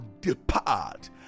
depart